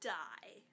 die